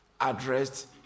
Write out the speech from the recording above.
addressed